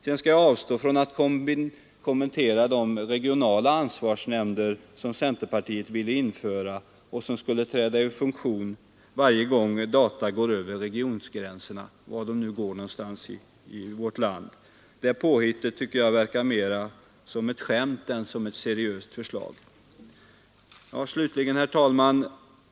Jag skall sedan avstå från att kommentera de regionala ansvarsnämnder som centerpartiet vill införa och som skulle träda i funktion varje gång data går över regiongränserna — var de nu går någonstans i vårt land. Det påhittet tycker jag verkar mera som ett skämt än som ett seriöst förslag.